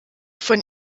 von